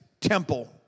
temple